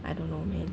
I don't know man